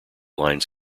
lines